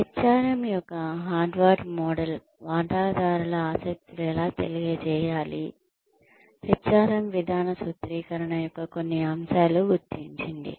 HRM యొక్క Harvard model వాటాదారుల ఆసక్తులు ఎలా తెలియజేయాలి HRM విధాన సూత్రీకరణ యొక్క కొన్ని అంశాలు గుర్తించింది